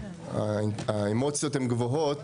האמוציות הן גבוהות,